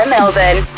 Melbourne